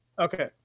Okay